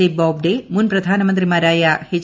A Bobde മുൻ പ്രധാനമന്ത്രിമാരായ H